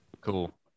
Cool